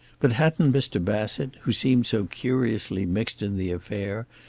but hadn't mr. bassett, who seemed so curiously mixed in the affair,